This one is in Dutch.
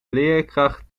leerkracht